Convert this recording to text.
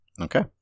Okay